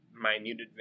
minute